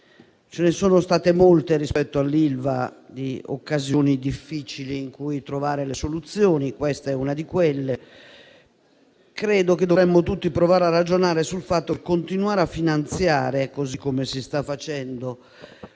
Ce ne sono state molte, rispetto all'Ilva, di occasioni difficili rispetto alle quali trovare le soluzioni: questa è una di quelle. Credo che dovremmo tutti provare a ragionare sul fatto che continuare a finanziare - così come si sta facendo